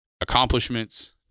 accomplishments